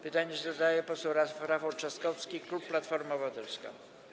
Pytanie zadaje poseł Rafał Trzaskowski, klub Platforma Obywatelska.